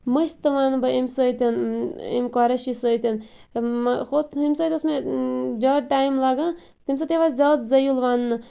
مٔسۍ تہٕ وَنہٕ بہٕ امہ سۭتۍ امہِ قۄریشی سۭتۍ ہُتھ ہُمہِ سۭتۍ اوس مےٚ زیادٕ ٹایم لَگان تمہِ سۭتۍ یِوان زیادٕ زویُل وَننہٕ